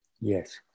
Yes